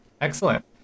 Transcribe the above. Excellent